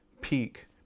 peak